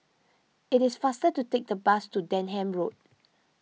it is faster to take the bus to Denham Road